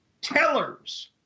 tellers